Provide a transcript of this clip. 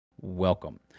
Welcome